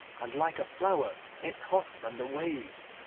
and like a flower it tossed on the waves.